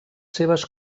seves